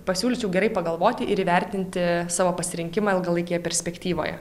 pasiūlysiu gerai pagalvoti ir įvertinti savo pasirinkimą ilgalaikėje perspektyvoje